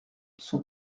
son